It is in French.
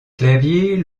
claviers